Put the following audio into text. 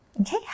Okay